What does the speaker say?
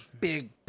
Big